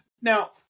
now